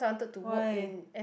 why